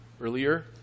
earlier